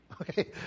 Okay